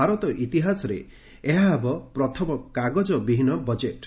ଭାରତ ଇତିହାସରେ ଏହା ପ୍ରଥମ କାଗଜ ବିହୀନ ବଜେଟ୍